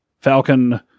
Falcon